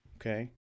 okay